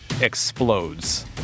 explodes